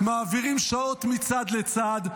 מעבירים שעות מצד לצד.